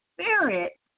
spirit